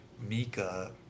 Mika